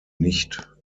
nicht